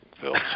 Phil